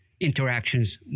interactions